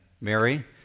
Mary